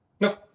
No